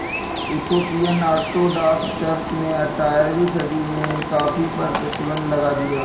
Ethiopian Orthodox Church ने अठारहवीं सदी में कॉफ़ी पर प्रतिबन्ध लगा दिया